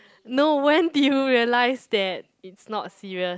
no when did you realize that it's not serious